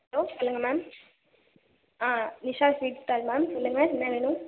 hello சொல்லுங்கள் ma'am ஆ Nisha sweet stall ma'am சொல்லுங்கள் என்ன வேணும்